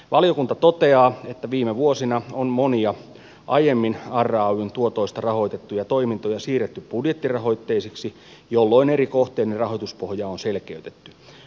valiokunta toteaa että viime vuosina on monia aiemmin rayn tuotoista rahoitettuja toimintoja siirretty budjettirahoitteisiksi jolloin eri kohteiden rahoituspohjaa on selkeytetty